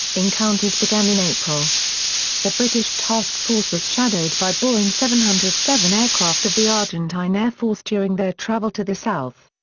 encounters began in april the british task force was shadowed by boeing seven hundred and seven aircraft of the argentine air force during their travel to the south.